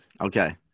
Okay